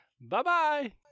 bye-bye